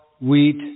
wheat